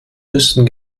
müssen